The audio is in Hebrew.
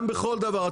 גם בכל דבר.